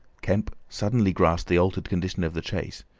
kemp suddenly grasped the altered condition of the chase.